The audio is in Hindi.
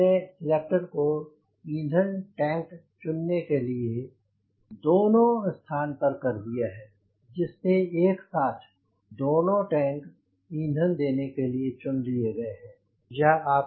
मैंने सिलेक्टर को ईंधन टैंक चुनने के लिए "दोनों" स्थान पर कर दिया है जिससे एक साथ दोनों टैंक ईंधन देने के लिए चुन लिए गए हैं